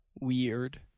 Weird